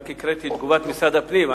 רק הקראתי את תגובת משרד הפנים.